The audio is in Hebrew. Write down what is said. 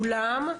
אולם,